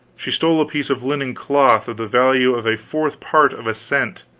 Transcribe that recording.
she stole a piece of linen cloth of the value of a fourth part of a cent,